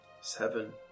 Seven